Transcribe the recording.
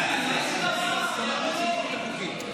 אנחנו מפילים את החוקים.